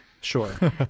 Sure